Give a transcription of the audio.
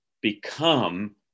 become